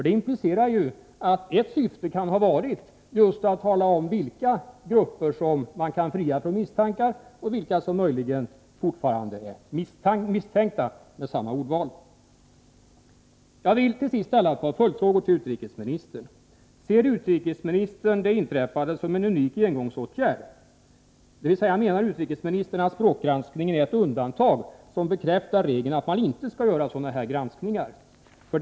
Det implicerar att ett syfte kan ha varit just att tala om vilka grupper som man kan frita från misstankar och vilka som fortfarande möjligen är, med samma ordval, ”misstänkta”. Jag vill till sist ställa ett par följdfrågor till utrikesministern: Ser utrikesministern det inträffade som en unik engångsåtgärd, dvs. menar utrikesministern att språkgranskningen är ett undantag, som bekräftar regeln att man inte skall göra sådana här granskningar?